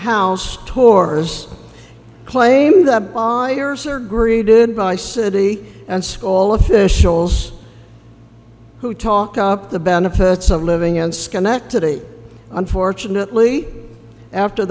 house tours claim that lawyers are greeted by city and school officials who talk up the benefits of living in schenectady unfortunately after